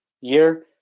Year